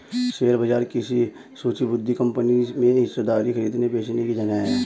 share बाजार किसी सूचीबद्ध कंपनी में हिस्सेदारी खरीदने बेचने की जगह है